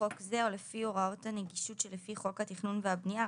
חוק זה או לפי הוראות הנגישות שלפי חוק התכנון והבנייה,